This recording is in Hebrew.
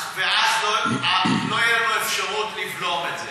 ואז לא תהיה לנו אפשרות לבלום את זה.